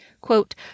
quote